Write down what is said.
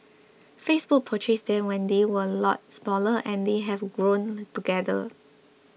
Facebook purchased them when they were lot smaller and they have grown together